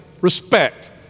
Respect